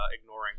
ignoring